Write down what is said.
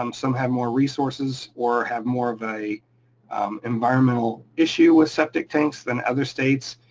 um some have more resources or have more of a environmental issue with septic tanks than other states,